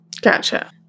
Gotcha